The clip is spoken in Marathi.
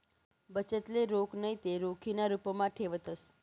बचतले रोख नैते रोखीना रुपमा ठेवतंस